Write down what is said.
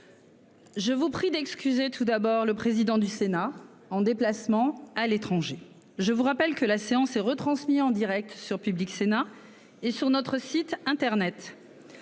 Je vous prie d'excuser tout d'abord le président du Sénat. En déplacement à l'étranger. Je vous rappelle que la séance est retransmis en Direct sur Public Sénat et sur notre site internet.--